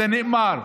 זה נאמר.